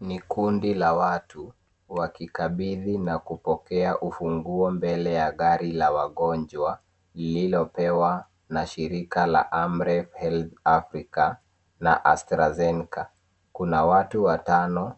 Ni kundi la watu wakikabidhi na kupokea ufunguo mbele la gari la wagonjwa lililopewa na shirika la Amref Health Africa na astrazeneca kuna watu watano